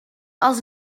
els